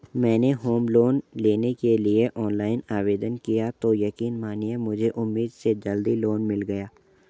मैंने home loan लेने के लिए ऑनलाइन आवेदन किया तो यकीन मानिए मुझे उम्मीद से जल्दी लोन मिल गया